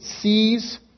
sees